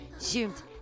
Zoomed